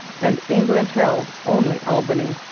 and england held only albany.